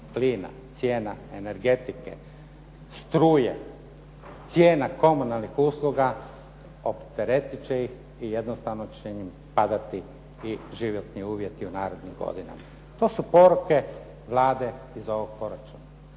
plina, cijena energetike, struje, cijena komunalnih usluga opteretit će ih i jednostavno će im padati i životni uvjeti u narednim godinama. To su poruke Vlade iz ovog proračuna.